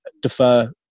defer